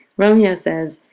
romeo says,